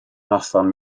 noson